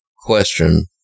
question